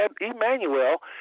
Emmanuel